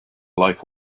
life